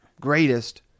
greatest